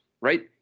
right